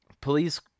police